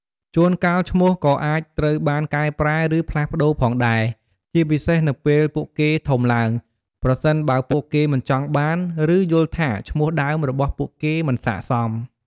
ជួនកាលឈ្មោះក៏អាចត្រូវបាន កែប្រែ ឬ ផ្លាស់ប្តូរផងដែរ ជាពិសេសនៅពេលពួកគេធំឡើង ប្រសិនបើពួកគេមិនចង់បាន ឬ យល់ថាឈ្មោះដើមរបស់ពួកគេមិនស័ក្តិសម។